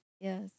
Yes